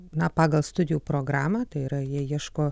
na pagal studijų programą tai yra jie ieško